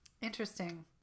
Interesting